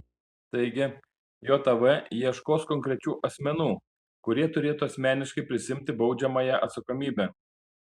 taigi jav ieškos konkrečių asmenų kurie turėtų asmeniškai prisiimti baudžiamąją atsakomybę